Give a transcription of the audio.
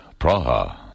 Praha